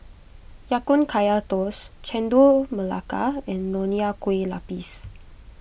Ya Kun Kaya Toast Chendol Melaka and Nonya Kueh Lapis